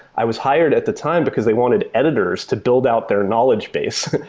i was hired at the time because they wanted editors to build out their knowledge base,